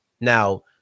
Now